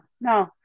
no